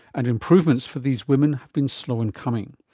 and improvements for these women have been slow in coming.